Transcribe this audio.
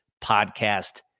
podcast